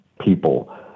people